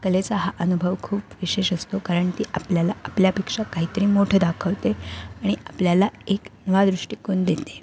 कलेचा हा अनुभव खूप विशेष असतो कारण ती आपल्याला आपल्यापेक्षा काहीतरी मोठं दाखवते आणि आपल्याला एक नवा दृष्टिकोन देते